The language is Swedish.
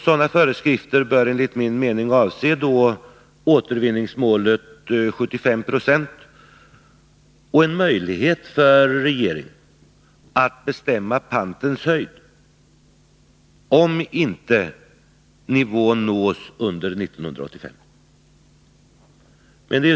Sådana föreskrifter bör enligt min mening avse återvinningsmålet 75 96 och en möjlighet för regeringen att bestämma pantens höjd, om inte nivån nås under 1985.